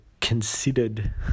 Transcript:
considered